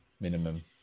Minimum